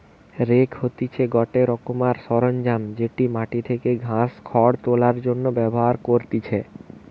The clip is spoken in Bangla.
রেক হতিছে গটে রোকমকার সরঞ্জাম যেটি মাটি থেকে ঘাস, খড় তোলার জন্য ব্যবহার করতিছে